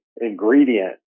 ingredient